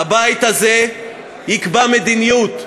הבית הזה יקבע מדיניות.